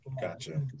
Gotcha